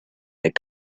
that